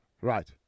Right